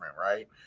right